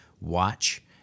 watch